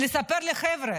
לספר לחבר'ה,